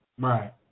Right